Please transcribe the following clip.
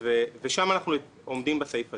שם אנחנו עומדים בסעיף הזה.